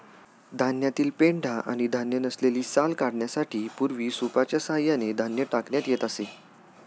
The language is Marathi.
धान्यातील पेंढा आणि धान्य नसलेली साल काढण्यासाठी पूर्वी सूपच्या सहाय्याने धान्य टाकण्यात येत असे